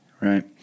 Right